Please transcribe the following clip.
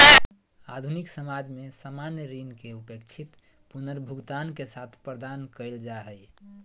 आधुनिक समाज में सामान्य ऋण के अपेक्षित पुनर्भुगतान के साथ प्रदान कइल जा हइ